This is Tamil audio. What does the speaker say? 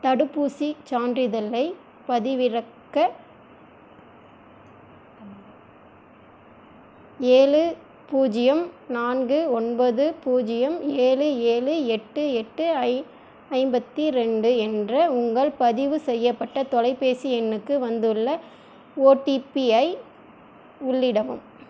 தடுப்பூசிச் சான்றிதழைப் பதிவிறக்க ஏழு பூஜ்ஜியம் நான்கு ஒன்பது பூஜ்ஜியம் ஏழு ஏழு எட்டு எட்டு ஐ ஐம்பத்தி ரெண்டு என்ற உங்கள் பதிவு செய்யப்பட்ட தொலைப்பேசி எண்ணுக்கு வந்துள்ள ஓடிபியை உள்ளிடவும்